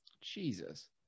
jesus